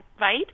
right